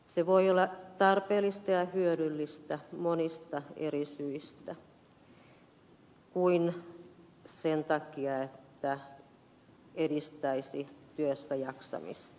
se voi olla tarpeellista ja hyödyllistä monista eri syistä ja myös sen takia että se edistäisi työssäjaksamista